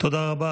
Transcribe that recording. תודה רבה.